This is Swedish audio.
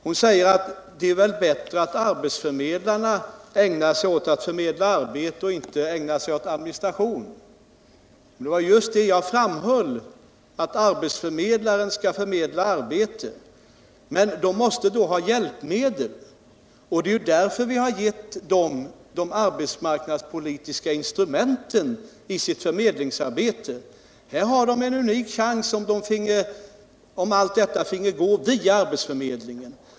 Hon sade att det är bättre att arbetsförmedlarna ägnar sig åt att förmedla arbete än att de ägnar sig åt administration. Det var just det jag framhöll att arbetsförmedlarna skall göra. Men då måste de ha hjälpmedel, och det är därför vi har gett dem de arbetsmarknadspolitiska instrumenten i deras förmedlingsarbete. Allt detta går via arbetsförmedlingarna.